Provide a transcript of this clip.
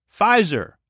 Pfizer